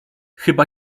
chyba